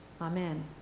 Amen